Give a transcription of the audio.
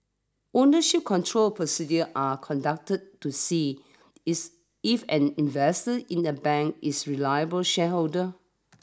ownership control procedures are conducted to see is if an investor in a bank is a reliable shareholder